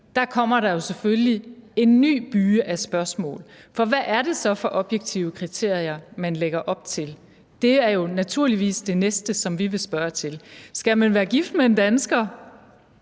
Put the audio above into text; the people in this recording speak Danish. det kommer der selvfølgelig en ny byge af spørgsmål, for hvad er det så for objektive kriterier, man lægger op til? Det er jo naturligvis det næste, som vi vil spørge til. Skal man – som er noget